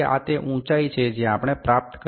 તેથી આ તે ઉચાઇ છે જે આપણે પ્રાપ્ત કરી છે જે 57